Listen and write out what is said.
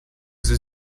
sie